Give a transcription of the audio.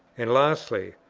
and, lastly,